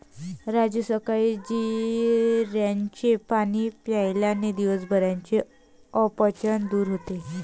राजू सकाळी जिऱ्याचे पाणी प्यायल्याने दिवसभराचे अपचन दूर होते